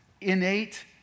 innate